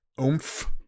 oomph